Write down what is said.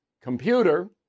computer